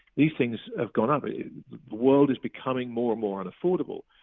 these things have gone up. the world is becoming more and more unaffordable.